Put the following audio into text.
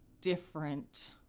different